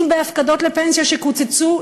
אם ההפקדות לפנסיה קוצצו,